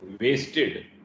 Wasted